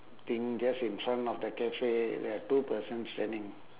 thing just in front of the cafe there are two person standing